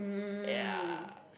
ya